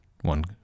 one